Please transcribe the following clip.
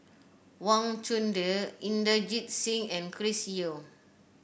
Wang Chunde Inderjit Singh and Chris Yeo